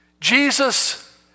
Jesus